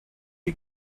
you